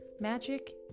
Magic